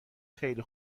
خیلی